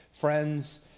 friends